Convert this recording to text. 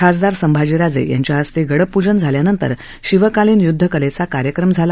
खासदार संभाजीराजे यांच्या हस्ते गडपूजन झाल्यानंतर शिवकालीन युदधकलेचा कार्यक्रम झाला